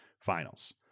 finals